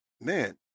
Man